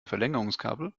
verlängerungskabel